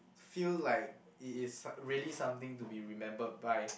feel like it is s~ really something to be remembered by